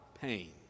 pain